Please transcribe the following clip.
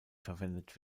verwendet